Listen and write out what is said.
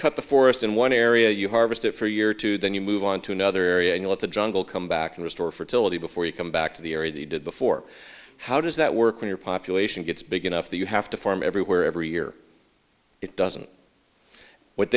cut the forest in one area you harvest it for a year or two then you move on to another area and you let the jungle come back and restore fertility before you come back to the area they did before how does that work when your population gets big enough that you have to farm everywhere every year it doesn't what